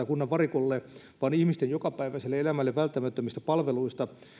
kunnan varikolle vaan ihmisten jokapäiväisessä elämässä välttämättömistä palveluista